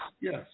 yes